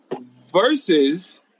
versus